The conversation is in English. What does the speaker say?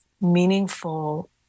meaningful